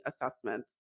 assessments